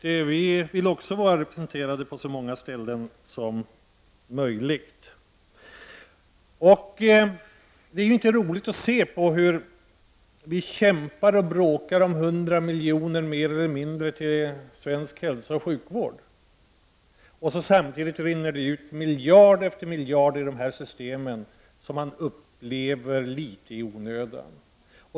Alla vet att de här styrelserna får stor politisk tyngd i framtiden. Det är ju inte roligt att se hur vi kämpar och bråkar om 100 miljoner mer eller mindre till svensk hälsooch sjukvård medan det samtidigt rinner ut miljard efter miljard ur de här systemen litet i onödan.